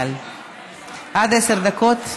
עד עשר דקות לרשותך.